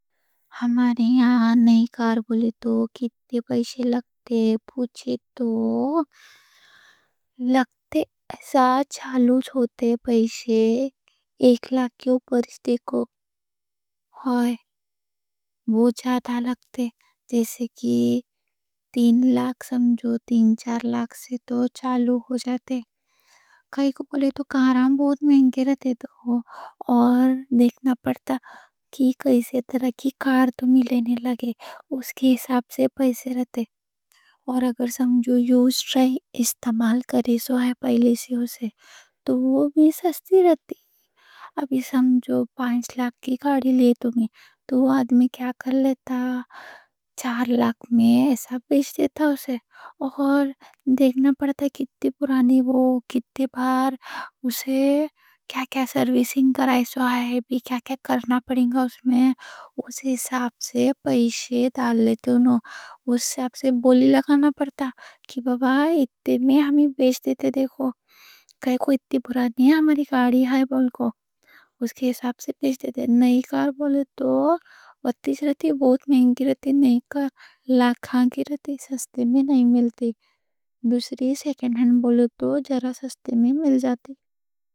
ہمارے یہاں نئی کار بولے تو کتے پیسے لگتے؟ پوچھے تو لگتے ایسا چالو ہوتے پیسے ایک لاکھ کے اوپر سمجھو۔ بہت زیادہ لگتے، جیسے کی تین لاکھ، سمجھو تین چار لاکھ سے تو چالو ہو جاتے۔ کائیں کوں بولے تو کاراں بہت مہنگے رہتے۔ تو اور دیکھنا پڑتا کہ کیسے طرح کی کار تمہیں لینے لگے، اس کے حساب سے پیسے رہتے۔ اور اگر سمجھو استعمال کی ہے پہلے سے، تو وہ بھی سستی رہتی۔ ابھی سمجھو پانچ لاکھ کی کاری لے، تو وہ آدمی کیا کر لیتا؟ چار لاکھ میں ایسا دے دیتا اسے۔ اور دیکھنا پڑتا کتنی پرانی، وہ کتنی بار اسے کیا کیا سروسنگ کرایا؛ اس میں اس حساب سے پیسے ڈال لیتے انہوں۔ اسی حساب سے بولی لگانا پڑتا کہ بابا اتنے میں ہمیں بیچ دے۔ دیکھو کائیں کوں اتنی برا نہیں ہے ہماری کاری، اس کے حساب سے بیچ دیتے۔ نئی کار بولے تو بہت مہنگی رہتی، نئی کار لاکھوں کی رہتی، سستے میں نہیں ملتی۔ دوسری سیکنڈ ہینڈ بولے تو ذرا سستے میں مل جاتے۔